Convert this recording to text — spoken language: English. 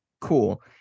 cool